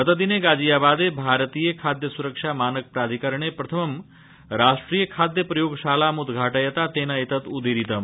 गतदिने गाजियाबादे भारतीय खाद्य स्रक्षा मानक प्राधिकरणे प्रथमं राष्ट्रिय खाद्य प्रयोगशालाम् उद्घाटयता तेन एतत् उदीरितम्